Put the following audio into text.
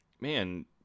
man